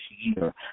year